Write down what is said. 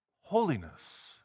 holiness